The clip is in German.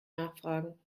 nachfragen